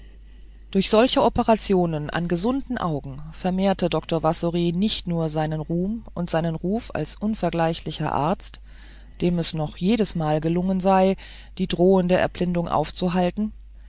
durch solche operationen an gesunden augen vermehrte dr wassory nicht nur seinen ruhm und seinen ruf als unvergleichlicher arzt dem es noch jedesmal gelungen sei die drohende erblindung aufzuhalten